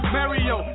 Mario